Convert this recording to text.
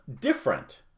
different